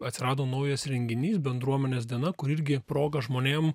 atsirado naujas renginys bendruomenės diena kuri irgi proga žmonėm